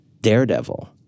daredevil